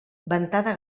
ventada